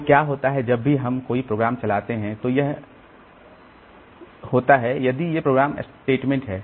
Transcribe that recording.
तो क्या होता है कि जब भी हम कोई प्रोग्राम चलाते हैं तो यह निम्न होता है यदि ये प्रोग्राम स्टेटमेंट हैं